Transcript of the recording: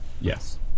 Yes